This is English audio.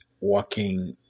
working